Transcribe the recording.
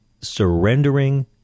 surrendering